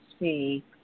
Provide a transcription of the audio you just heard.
see